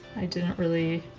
i didn't really.